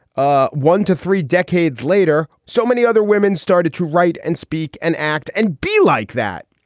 ah one to three decades later, so many other women started to write and speak and act and be like that.